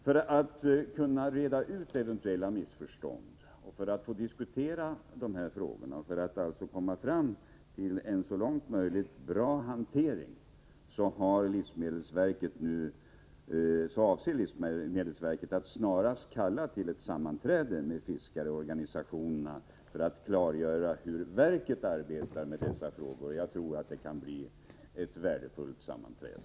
För att ge möjlighet att reda ut eventuella missförstånd och att diskutera dessa frågor, så att man kan komma fram till en så långt möjligt bra hantering av dem, avser livsmedelsverket att snarast kalla till ett sammanträde med fiskarorganisationerna, varvid verket skall klargöra hur det arbetar med dessa frågor. Jag tror att det kan bli ett värdefullt sammanträde.